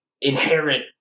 inherent